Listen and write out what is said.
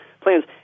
plans